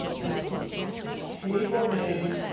and it puts the table name,